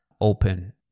Open